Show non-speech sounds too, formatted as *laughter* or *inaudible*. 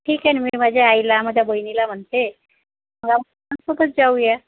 ठीक आहे ना मी माझ्या आईला माझ्या बहिणीला म्हणते *unintelligible* सोबत जाऊ या